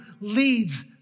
leads